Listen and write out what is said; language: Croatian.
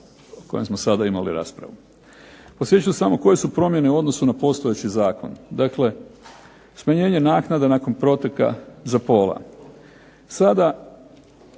o kojem smo sada imali raspravu. Posjetit ću samo koje su promjene u odnosu na postojeći zakon. Dakle smanjenje naknada nakon proteka za pola,